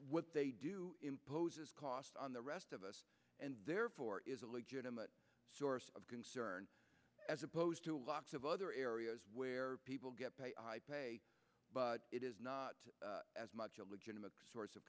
what they do imposes costs on the rest of us and therefore is a legitimate source of concern as opposed to lots of other areas where people get paid but it is not as much a legitimate source of